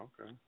Okay